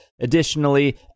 Additionally